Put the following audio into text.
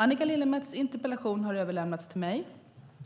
Annika Lillemets interpellation har överlämnats till mig,